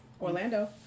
Orlando